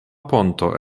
ponto